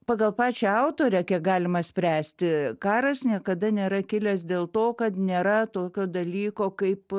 pagal pačią autorę kiek galima spręsti karas niekada nėra kilęs dėl to kad nėra tokio dalyko kaip